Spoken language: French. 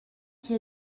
qui